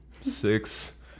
six